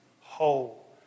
whole